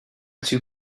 two